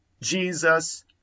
Jesus